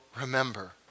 remember